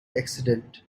accident